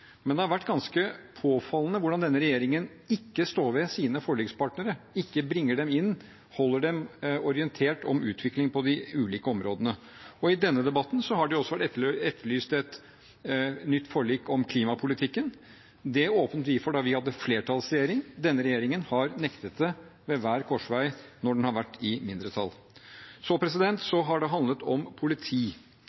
Men det har vært ganske påfallende hvordan denne regjeringen ikke står ved sine forlikspartnere, ikke bringer dem inn og holder dem orientert om utviklingen på de ulike områdene. I denne debatten har de også etterlyst et nytt forlik om klimapolitikken. Det åpnet vi for da vi hadde flertallsregjering. Denne regjeringen har nektet det ved hver korsvei når den har vært i mindretall. Så